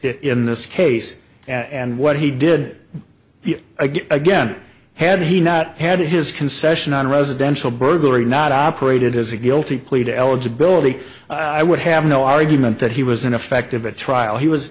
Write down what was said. in this case and what he did again again had he not had his concession on residential burglary not operated as a guilty plea to eligible and i would have no argument that he was ineffective at trial he was